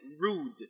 rude